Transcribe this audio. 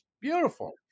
Beautiful